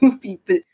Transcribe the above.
people